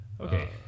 Okay